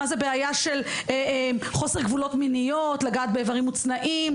מה זה בעיה של חוסר גבולות מיניות לגעת באיברים מוצנעים,